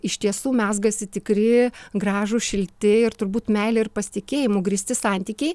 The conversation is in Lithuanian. iš tiesų mezgasi tikri gražūs šilti ir turbūt meile ir pasitikėjimu grįsti santykiai